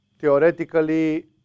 Theoretically